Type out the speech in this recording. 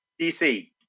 DC